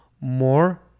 more